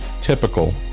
typical